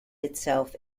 itself